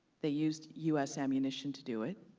they used u s. ammunition to do it.